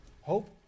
Hope